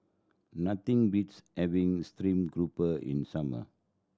nothing beats having stream grouper in summer